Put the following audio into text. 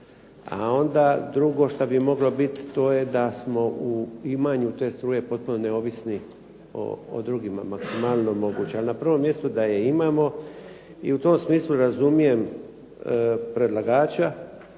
a onda drugo što bi moglo biti da smo u imanju te struje potpuno neovisni maksimalno moguće. Ali na prvom mjestu da je imamo. I u tom smislu razumijem predlagača,